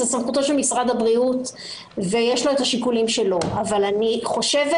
זו זכותו של משרד הבריאות ויש לו את השיקולים שלו אבל אני חושבת